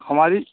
हमारी